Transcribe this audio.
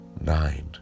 nine